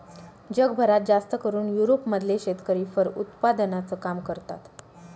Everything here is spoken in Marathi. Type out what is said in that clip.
जगभरात जास्तकरून युरोप मधले शेतकरी फर उत्पादनाचं काम करतात